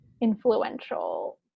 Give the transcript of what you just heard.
influential